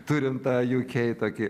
turime tą jukei tokį